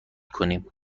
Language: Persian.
کنیم